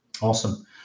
Awesome